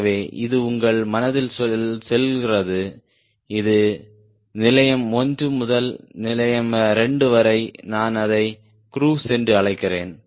ஆகவே இது உங்கள் மனதில் செல்கிறது இது நிலையம் 1 முதல் நிலையம் 2 வரை நான் அதை க்ரூஸ் என்று அழைக்கிறேன்